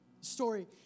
story